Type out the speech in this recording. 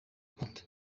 nkuta